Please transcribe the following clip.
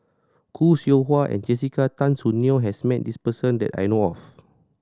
Khoo Seow Hwa and Jessica Tan Soon Neo has met this person that I know of